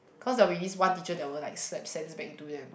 cause there will be this one teacher that will like slap sense into them